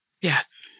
Yes